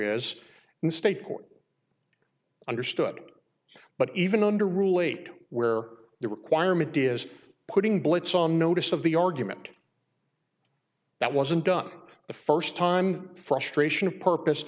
is in state court understood but even under rule eight where the requirement is putting blitz on notice of the argument that wasn't done the first time the frustration of purpose